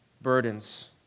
burdens